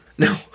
No